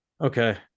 Okay